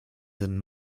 sind